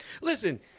Listen